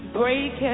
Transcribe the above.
break